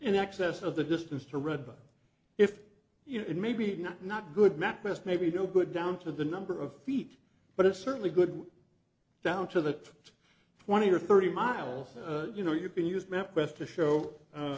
in excess of the distance to read but if you know it maybe not not good mapquest maybe no good down to the number of feet but it's certainly good down to that twenty or thirty miles you know you can use mapquest to show